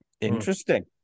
Interesting